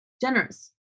Generous